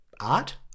art